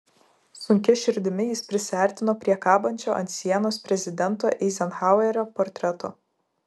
sunkia širdimi jis prisiartino prie kabančio ant sienos prezidento eizenhauerio portreto